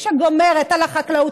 שגומרת על החקלאות,